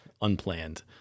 unplanned